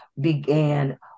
began